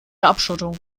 abschottung